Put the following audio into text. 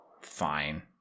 fine